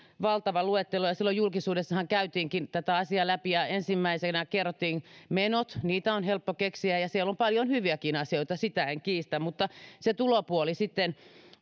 valtava luettelo silloin julkisuudessahan käytiinkin tätä asiaa läpi ja ensimmäisenä kerrottiin menot niitä on helppo keksiä ja ja siellä on paljon hyviäkin asioita sitä en kiistä mutta se tulopuoli sitten